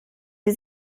die